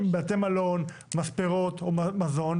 מספרות או מזון,